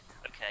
okay